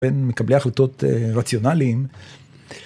מקבלי החלטות רציונליים.